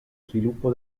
sviluppo